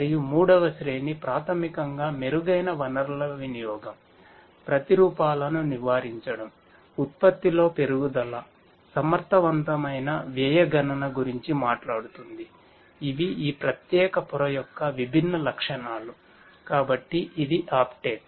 మరియు మూడవ శ్రేణి ప్రాథమికంగా మెరుగైన వనరుల వినియోగం ప్రతిరూపాలను నివారించడం ఉత్పత్తిలో పెరుగుదల సమర్థవంతమైన వ్యయ గణన గురించి మాట్లాడుతుంది ఇవి ఈ ప్రత్యేక పొర యొక్క విభిన్న లక్షణాలు కాబట్టి అది అప్టేక్